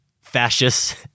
fascists